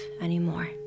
anymore